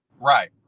right